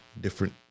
different